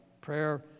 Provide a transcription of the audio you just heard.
prayer